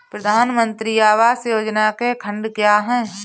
प्रधानमंत्री आवास योजना के खंड क्या हैं?